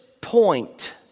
point